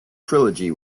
trilogy